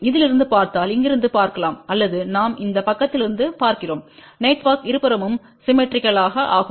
இதிலிருந்து பார்த்தால் இங்கிருந்து பார்க்கலாம் அல்லது நாம் இந்த பக்கத்திலிருந்து பார்க்கிறோம் நெட்வொர்க் இருபுறமும் சிம்மெட்ரிக்கல்ர் ஆகும்